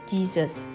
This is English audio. Jesus